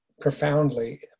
profoundly